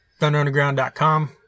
Thunderunderground.com